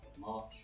March